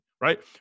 right